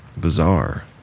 bizarre